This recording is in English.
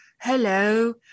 hello